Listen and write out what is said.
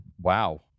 Wow